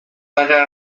para